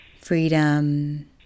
freedom